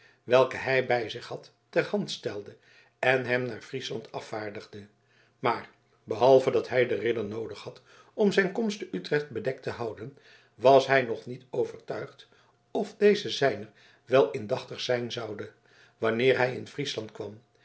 welke hij bij zich had terhandstelde en hem naar friesland afvaardigde maar behalve dat hij den ridder noodig had om zijn komst te utrecht bedekt te houden was hij nog niet overtuigd of deze zijner wel indachtig zijn zoude wanneer hij in friesland kwam